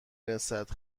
رسد